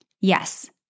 Yes